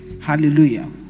Hallelujah